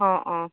অঁ অঁ